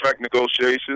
negotiations